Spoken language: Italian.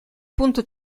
punto